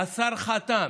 השר חתם,